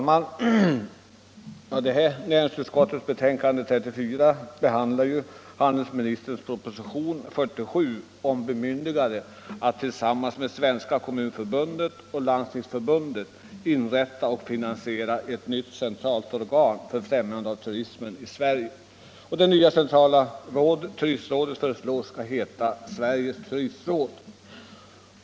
Herr talman! Näringsutskottets betänkande nr 34 behandlar handelsministerns proposition nr 47 om bemyndigande för regeringen att tillsammans med Svenska kommunförbundet och Svenska landstingsförbundet inrätta och finansiera ett nytt centralt organ för främjande av turismen i Sverige. Det nya centrala turistorganet föreslås heta Sveriges turistråd.